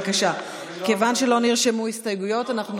כיוון שלא נרשמו הסתייגות, אנחנו